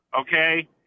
Okay